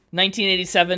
1987